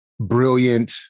brilliant